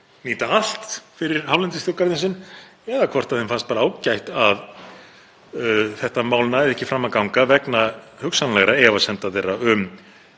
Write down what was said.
nýta allt fyrir hálendisþjóðgarðinn sinn eða hvort þeim fannst bara ágætt að þetta mál næði ekki fram að ganga vegna hugsanlegra efasemda þeirra um